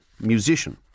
musician